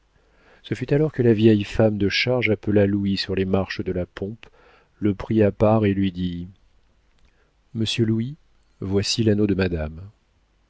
ce fut alors que la vieille femme de charge appela louis sur les marches de la pompe le prit à part et lui dit monsieur louis voici l'anneau de madame